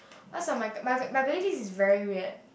what's a Maga~ by the way this is very weird